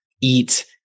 eat